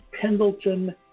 Pendleton